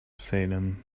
salem